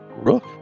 Rook